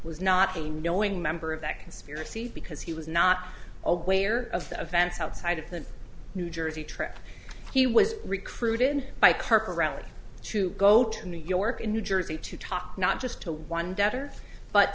was not a knowing member of that conspiracy because he was not aware of the events outside of the new jersey trip he was recruited by kirk around to go to new york in new jersey to talk not just to one debtor but